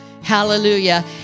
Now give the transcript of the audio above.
Hallelujah